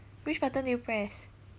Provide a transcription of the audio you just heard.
which button do you press